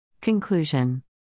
Conclusion